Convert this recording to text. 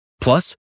Plus